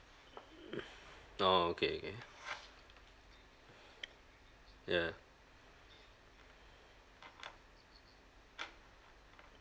orh okay okay ya